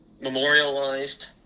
memorialized